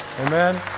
amen